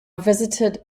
visited